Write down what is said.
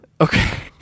Okay